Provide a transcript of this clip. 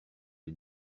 les